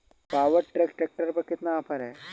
Power track tractor पर कितना offer है?